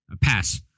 Pass